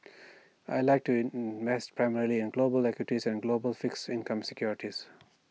I Like to mass primarily in global equities and global fixed income securities